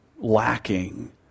lacking